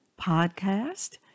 podcast